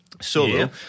solo